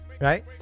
Right